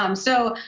um so,